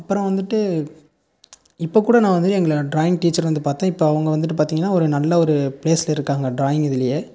அப்புறம் வந்துட்டு இப்போது கூட நான் வந்துட்டு எங்கள் டிராயிங் டீச்சர் வந்து பார்த்தேன் இப்போது அவங்க வந்துட்டு பார்த்திங்கன்னா ஒரு நல்ல ஒரு பிளேஸில் இருக்காங்க டிராயிங் இதுலேயே